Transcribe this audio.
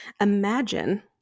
Imagine